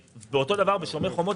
ואותו דבר גם ב"שומר חומות".